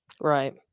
Right